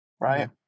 right